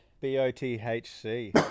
B-O-T-H-C